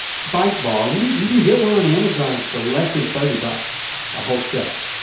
spike ball, you you can get one on amazon for less than thirty bucks a whole set.